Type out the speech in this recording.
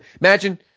imagine